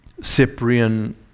Cyprian